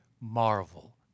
marvel